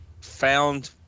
found